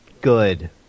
good